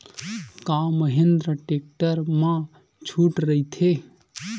का महिंद्रा टेक्टर मा छुट राइथे?